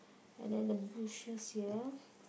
and then the bushes here